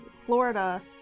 Florida